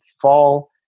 fall